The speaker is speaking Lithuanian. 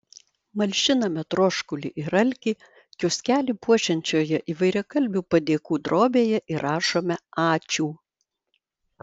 malšiname troškulį ir alkį kioskelį puošiančioje įvairiakalbių padėkų drobėje įrašome ačiū